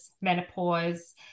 menopause